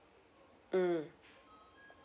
mm